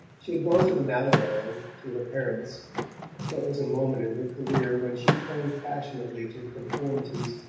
she had gone to the malibran, to her parents for it was a moment in her career when she clung passionately to the conformities,